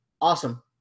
awesome